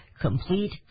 complete